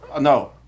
No